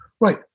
Right